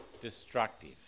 destructive